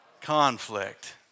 Conflict